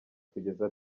kugeza